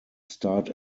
start